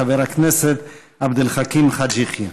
חבר הכנסת עבד אל חכים חאג' יחיא.